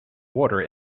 water